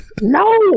no